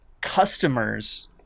customers